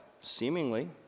Seemingly